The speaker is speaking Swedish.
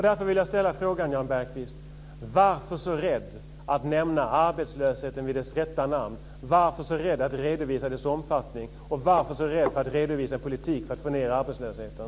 Därför vill jag ställa frågan, Jan Bergqvist: Varför så rädd att nämna arbetslösheten vid dess rätta namn? Varför så rädd att redovisa dess omfattning? Och varför så rädd för att redovisa en politik för att få ned arbetslösheten?